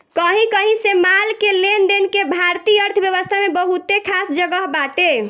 कही कही से माल के लेनदेन के भारतीय अर्थव्यवस्था में बहुते खास जगह बाटे